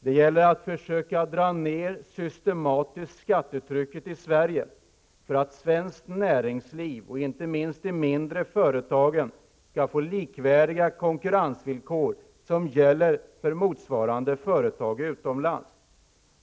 Det gäller att systematiskt försöka dra ner skattetrycket i Sverige för att svenskt näringsliv och inte minst de mindre företagen skall få konkurrensvillkor likvärdiga med dem som gäller för motsvarande företag utomlands.